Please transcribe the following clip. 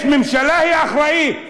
יש ממשלה, היא אחראית.